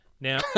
Now